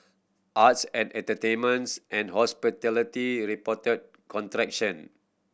arts and entertainments and hospitality reported contraction